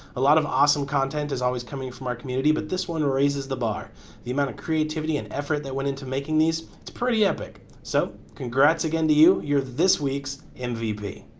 a lot of awesome content is always coming from our community but this one raises the bar the amount of creativity and effort that went into making these is pretty epic so congrats again to you you're this week's and mvp.